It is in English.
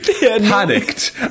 Panicked